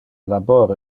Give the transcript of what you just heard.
labor